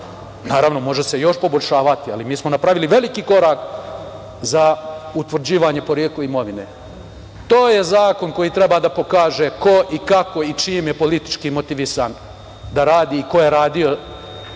Naravno, može se još poboljšavati, ali smo napravili veliki korak za utvrđivanje porekla imovine. To je zakon koji treba da pokaže ko i kako i čime je politički motivisan da radi i ko je radio,